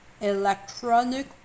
electronic